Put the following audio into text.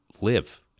live